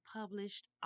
published